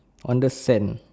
on the sand